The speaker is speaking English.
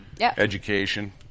education